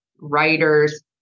writers